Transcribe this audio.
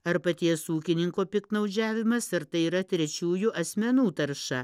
ar paties ūkininko piktnaudžiavimas ar tai yra trečiųjų asmenų tarša